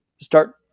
start